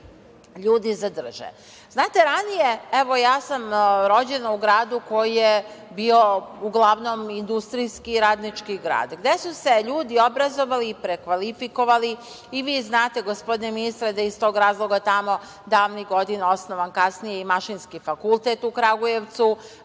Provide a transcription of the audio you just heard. ljudi zadrže. Znate, ranije, evo, ja sam rođena u gradu koji je bio uglavnom industrijski, radnički grad, gde su se ljudi obrazovali, prekvalifikovali, i vi znate, gospodine ministre, da je iz tog razloga tamo davnih godina osnovan kasnije i Mašinski fakultet u Kragujevcu,